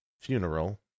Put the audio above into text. funeral